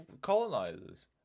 colonizers